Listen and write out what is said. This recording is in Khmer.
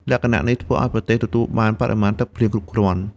លក្ខណៈនេះធ្វើឱ្យប្រទេសទទួលបានបរិមាណទឹកភ្លៀងគ្រប់គ្រាន់។